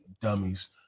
dummies